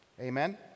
Amen